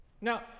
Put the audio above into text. Now